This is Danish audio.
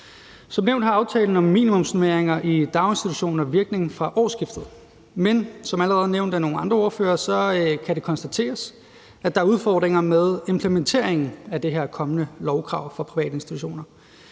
Som nævnt har aftalen om minimumsnormeringer i daginstitutioner virkning fra årsskiftet, men som allerede nævnt af nogle andre ordførere kan det konstateres, at der er udfordringer med implementeringen af det her kommende lovkrav for private institutioner.